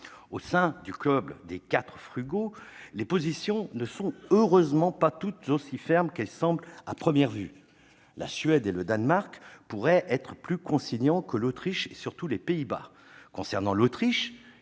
Au sein du club des quatre « frugaux », les positions ne sont heureusement pas toutes aussi fermes qu'il y paraît à première vue. La Suède et le Danemark pourraient être plus conciliants que l'Autriche et, surtout, les Pays-Bas. Concernant l'Autriche,